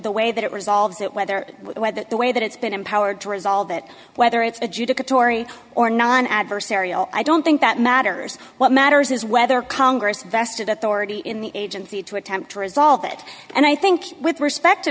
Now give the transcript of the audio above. the way that it resolves it whether whether the way that it's been empowered to resolve it whether it's adjudicatory or non adversarial i don't think that matters what matters is whether congress vested authority in the agency to attempt to resolve it and i think with respect to